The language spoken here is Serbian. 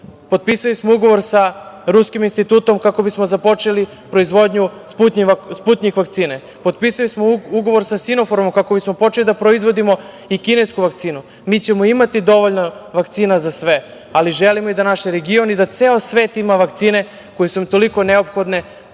Potpisali smo ugovor sa ruskim institutom kako bismo započeli proizvodnju Sputnjik vakcine. Potpisali smo ugovor sa „Sinofarmom“ kako bismo počeli da proizvodimo i kinesku vakcinu. Mi ćemo imati dovoljno vakcina za sve, ali želimo i da naš region i da ceo svet ima vakcine koje su toliko neophodne